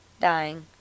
dying